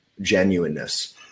genuineness